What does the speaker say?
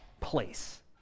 place